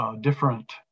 different